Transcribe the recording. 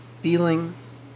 feelings